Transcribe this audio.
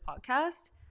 podcast